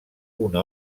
una